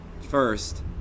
first